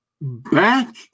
Back